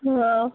हँ